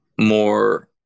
more